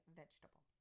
vegetable